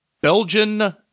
Belgian